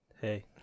Hey